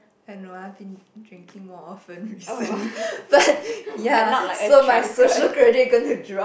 and no I've been drinking more often easily but ya so my social credit gonna drop